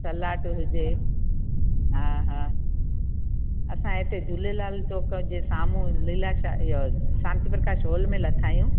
salad हुजे हा हा असां हिते झूलेलाल जो कजे साम्हूं लीलाशाह इहो शांति प्रकाश हॉल में लथा आहियूं